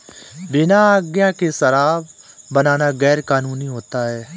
बिना आज्ञा के शराब बनाना गैर कानूनी होता है